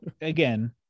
again